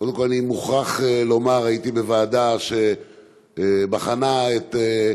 קודם כול אני מוכרח לומר, הייתי בוועדה שבחנה את,